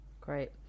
Great